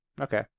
okay